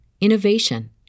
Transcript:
innovation